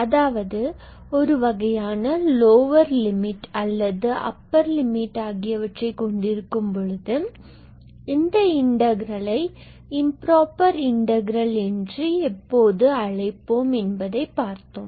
அதாவது ஒருவகையான lower limit அல்லது அப்பர் லிமிட் ஆகியவற்றை கொண்டிருக்கும்போது இந்த இன்டகிரல்லை இம்புரோபர் இன்டகிரல் என்று எப்போது அழைப்போம் என்பதைப் பார்த்தோம்